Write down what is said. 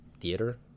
Theater